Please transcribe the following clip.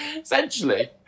essentially